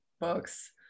books